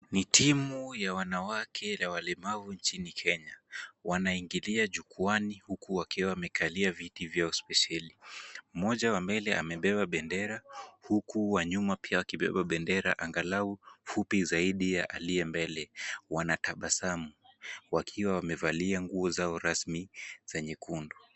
Ni timu ya wanawake ya walemavu nchini Kenya. Wanaingilia jukwaani huku wakiwa wamekalia viti vyao spesheli. Mmoja wa mbele amebeba bendera, huku wa nyuma pia akibeba bendera angalau fupi zaidi ya aliye mbele. Wanatabasamu wakiwa wamevalia nguo zao rasmi za nyekundu.